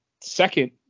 second